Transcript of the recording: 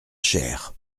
cher